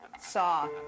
saw